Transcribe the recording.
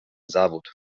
zawód